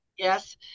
Yes